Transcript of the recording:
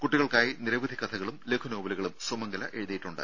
കുട്ടികൾക്കായി നിരവധി കഥകളും ലഘു നോവലുകളും സുമംഗല എഴുതിയിട്ടുണ്ട്